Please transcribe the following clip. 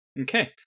okay